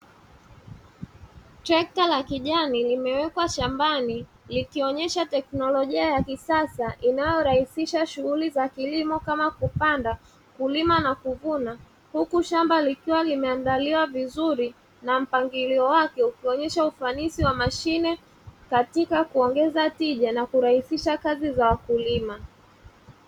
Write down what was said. Trekta la kijani limewekwa shambani, likionyesha teknolojia ya kisasa inayorahisisha shughuli za kilimo; kama kupanda, kulima na kuvuna, huku shamba likiwa limeandaliwa vizuri na mpangilio wake ukionyesha ufanisi wa mashine katika kuongeza tija na kurahisisha kazi za wakulima.